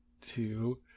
two